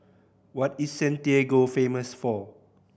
what is Santiago famous for